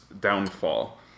downfall